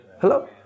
Hello